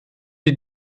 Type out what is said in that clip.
die